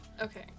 okay